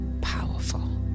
powerful